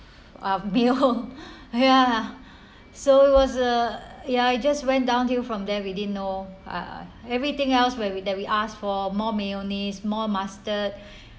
uh being whole ya so it was a ya it just went downhill from there we didn't know uh everything else when we there we asked for more mayonnaise more mustard